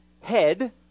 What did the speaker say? head